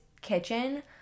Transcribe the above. kitchen